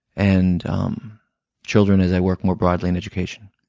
and um children as i work more broadly in education.